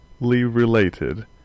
related